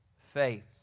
faith